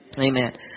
Amen